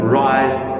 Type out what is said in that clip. rise